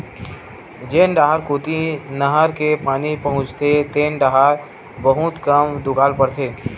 जेन डाहर कोती नहर के पानी पहुचथे तेन डाहर बहुते कम दुकाल परथे